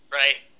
right